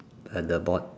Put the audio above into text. at the board